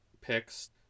picks